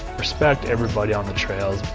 respect everybody on the trails.